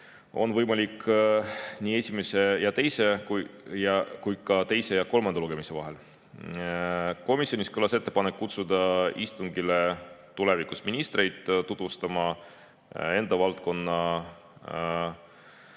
on võimalik nii esimese ja teise kui ka teise ja kolmanda lugemise vahel. Komisjonis kõlas ettepanek kutsuda istungile tulevikus ministreid tutvustama enda valdkonna